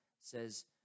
says